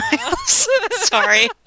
Sorry